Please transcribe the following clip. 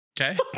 Okay